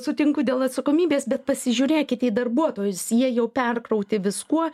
sutinku dėl atsakomybės bet pasižiūrėkite į darbuotojus jie jau perkrauti viskuo